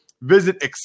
Visit